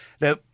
Now